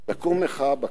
תקום מחאה בקיץ,